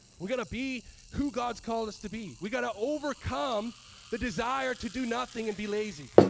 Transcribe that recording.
we gotta be who god's called us to be. we gotta overcome the desire to do nothing and be lazy.